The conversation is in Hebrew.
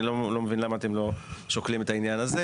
לא מבין למה אתם לא שוקלים את העניין הזה